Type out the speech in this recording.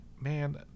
Man